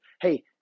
Hey